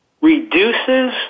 reduces